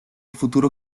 futuro